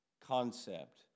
concept